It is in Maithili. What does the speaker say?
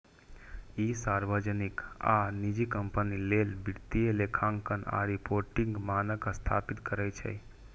ई सार्वजनिक आ निजी कंपनी लेल वित्तीय लेखांकन आ रिपोर्टिंग मानक स्थापित करै छै